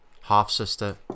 half-sister